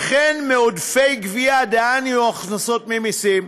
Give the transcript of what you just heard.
וכן מעודפי גבייה, דהיינו הכנסות ממסים,